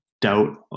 doubt